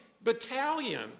battalion